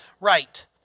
right